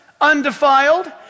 undefiled